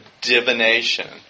divination